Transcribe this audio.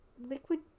liquid